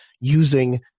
using